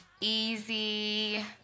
easy